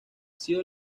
sido